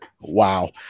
Wow